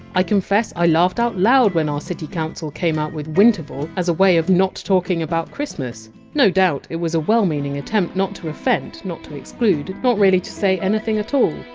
i confess i laughed out loud when our city council came out with winterval as a way of not talking about christmas! no doubt it was a well meaning attempt not to offend, not to exclude not really to say anything at all